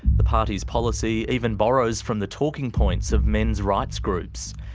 the party's policy even borrows from the talking points of men's rights groups.